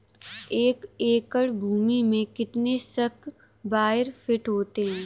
एक एकड़ भूमि में कितने स्क्वायर फिट होते हैं?